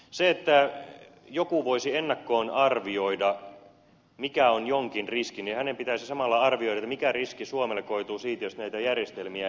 se että joku voisi ennakkoon arvioida mikä on jonkin riski niin hänen pitäisi samalla arvioida mikä riski suomelle koituu siitä jos näitä järjestelmiä ei ole